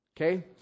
Okay